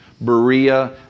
Berea